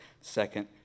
second